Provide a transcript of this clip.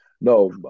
no